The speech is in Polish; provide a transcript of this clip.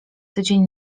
tydzień